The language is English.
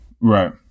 Right